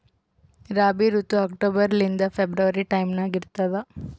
ರಾಬಿ ಋತು ಅಕ್ಟೋಬರ್ ಲಿಂದ February time ನಾಗ ಇರ್ತದ